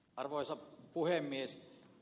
arvoisa puhemies